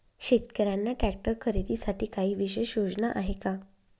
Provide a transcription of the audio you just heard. शेतकऱ्यांना ट्रॅक्टर खरीदीसाठी काही विशेष योजना आहे का?